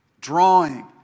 drawing